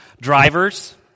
drivers